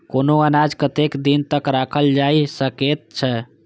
कुनू अनाज कतेक दिन तक रखल जाई सकऐत छै?